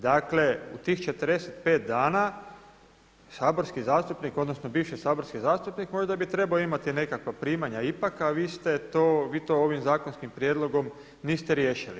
Dakle u tih 45 dana saborski zastupnik odnosno bivši saborski zastupnik možda bi trebao imati nekakva primanja ipak, a vi to ovim zakonskim prijedlogom niste riješili.